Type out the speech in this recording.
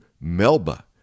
Melba